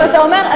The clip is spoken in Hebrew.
אבל אתה אומר,